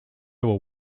were